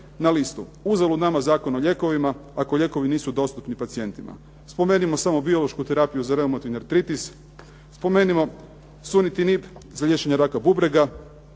na listu. Uzalud nama Zakon o lijekovima ako lijekovi nisu dostupni pacijentima. Spomenimo samo biološku terapiju za reumatni atrtitis spomenimo, … za liječenje raka bubrega